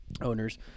owners